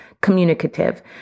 communicative